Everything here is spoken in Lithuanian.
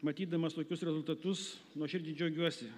matydamas tokius rezultatus nuoširdžiai džiaugiuosi